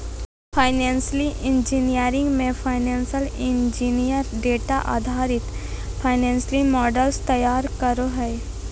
financial engineering मे financial engineer data आधारित financial models तैयार करो हय